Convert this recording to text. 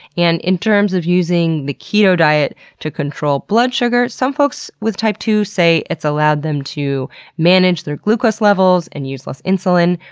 and in terms of using the keto diet to control blood sugar, some folks with type two say it's allowed them to manage their glucose levels and use less insulin.